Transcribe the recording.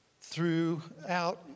throughout